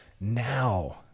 Now